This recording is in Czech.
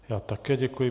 Já také děkuji.